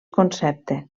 concepte